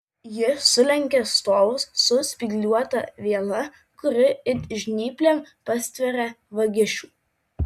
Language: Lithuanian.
ji sulenkia stovus su spygliuota viela kuri it žnyplėm pastveria vagišių